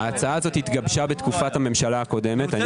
ההצעה הזאת התגבשה בתקופת הממשלה הקודמת.